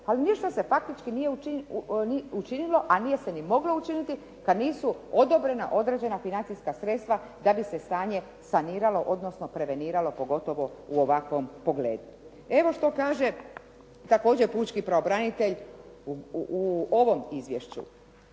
ali ništa se faktički nije učinilo, a nije se ni moglo učiniti kad nisu odobrena određena financijska sredstva da bi se stanje saniralo odnosno preveniralo, pogotovo u ovakvom pogledu. Evo što kaže također pučki pravobranitelj u ovom izvješću.